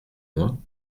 moi